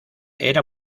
era